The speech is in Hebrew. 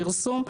פרסום,